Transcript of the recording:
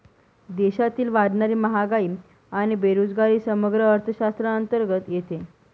देशातील वाढणारी महागाई आणि बेरोजगारी समग्र अर्थशास्त्राअंतर्गत येते